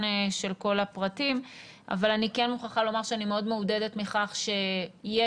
של כל הפרטים אבל אני כן מוכרחה לומר שאני מאוד מעודדת מכך שיש